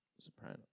Soprano